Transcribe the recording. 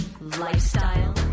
lifestyle